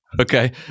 Okay